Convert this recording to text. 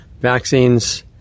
vaccines